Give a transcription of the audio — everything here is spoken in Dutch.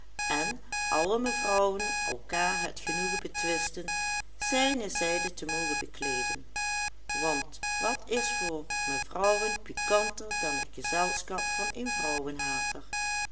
en alle mevrouwen elkaar het genoegen betwistten zijne zijde te mogen bekleeden want wat is voor mevrouwen pikanter dan het gezelschap van een